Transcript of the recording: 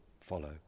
follow